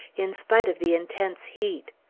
in spite of the intense heat.